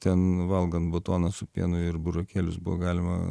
ten valgant batoną su pienu ir burokėlius buvo galima